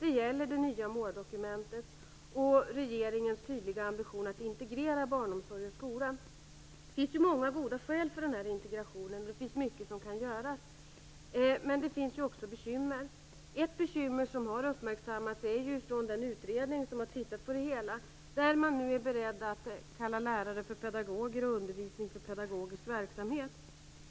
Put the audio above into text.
Det gäller det nya måldokumentet och regeringens tydliga ambition att integrera barnomsorg och skola. Det finns ju många goda skäl för den här integrationen, och det finns mycket som kan göras. Men det finns också bekymmer. Ett bekymmer som har uppmärksammats - en utredning har ju tittat på det hela - är att man nu är beredd att kalla lärare för pedagoger och undervisning för pedagogisk verksamhet.